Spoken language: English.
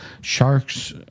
sharks